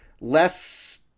less